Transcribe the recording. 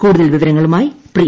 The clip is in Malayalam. കൂടുതൽ വിവരങ്ങളുമായി പ്രിയ